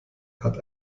hat